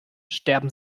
sterben